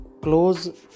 close